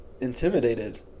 intimidated